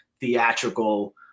theatrical